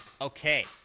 Okay